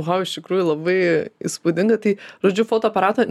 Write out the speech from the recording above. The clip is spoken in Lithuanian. oho iš tikrųjų labai įspūdinga tai žodžiu fotoaparato